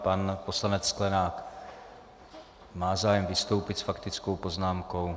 Pan poslanec Sklenák má zájem vystoupit s faktickou poznámkou.